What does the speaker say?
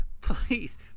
please